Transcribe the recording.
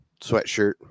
sweatshirt